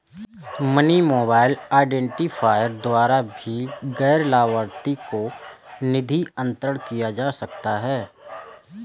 money mobile identifier द्वारा भी गैर लाभार्थी को निधि अंतरण किया जा सकता है